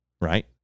right